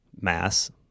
mass